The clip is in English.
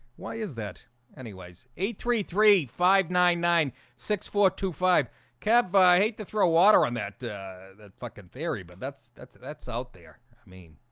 why is that anyways, eight three three five nine nine six? four two five kev. i hate the throw water on that that fucking theory, but that's that's that's out there. i mean